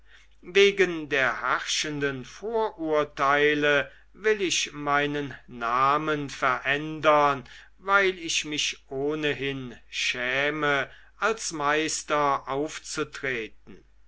wegen der herrschenden vorurteile will ich meinen namen verändern weil ich mich ohnehin schäme als meister aufzutreten